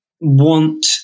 want